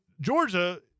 Georgia